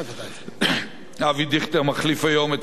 אבי דיכטר מחליף היום את חברי,